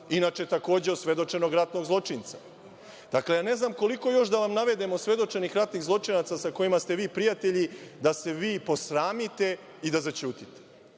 inače takođe osvedočenog ratnog zločinca. Ja ne znam koliko još da vam naveden osvedočenih ratnih zločinaca sa kojima ste vi prijatelji da se vi posramite i da zaćutite,